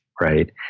right